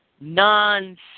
Nonsense